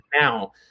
now